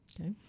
Okay